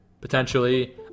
potentially